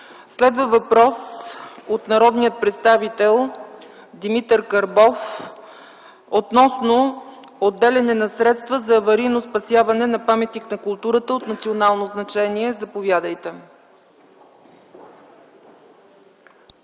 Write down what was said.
Следва въпрос от народния представител Димитър Карбов относно отделяне на средства за аварийно спасяване на паметник на културата от национално значение. Заповядайте.